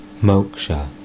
Moksha